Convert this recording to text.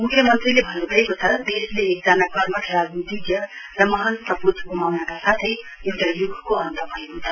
मुख्यमन्त्रीले भन्नुभएको छ देशले एकजना कर्मठ राजनीतिज्ञ र महान सपूत गुमाउनका साथै एउटा युगके अन्त भएको छ